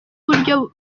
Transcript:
uburyo